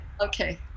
Okay